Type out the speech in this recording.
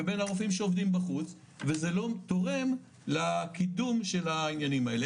ובין הרופאים שעובדים בחוץ וזה לא תורם לקידום של העניינים האלה.